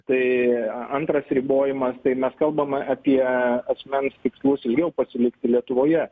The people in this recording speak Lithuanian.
tai antras ribojimas tai mes kalbame apie asmens tikslus ilgiau pasilikti lietuvoje